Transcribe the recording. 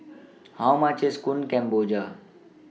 How much IS Kueh Kemboja